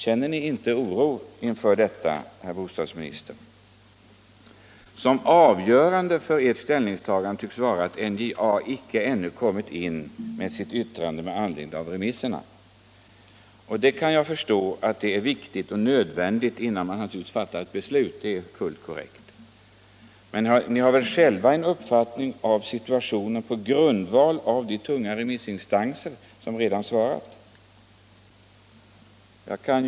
Känner ni inte oro för detta, herr bostadsminister? Det avgörande för ert ställningstagande tycks vara att NJA ännu icke inkommit med sitt yttrande med anledning av remissvaren. Jag kan förstå att det är viktigt och nödvändigt att ha det innan man fattar ett beslut — det är fullt korrekt. Men ni har väl själva en uppfattning om situationen på grundval av de redan inkomna svaren från de tunga remissinstanserna.